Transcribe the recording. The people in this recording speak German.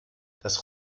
das